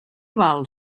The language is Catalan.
val